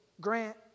grant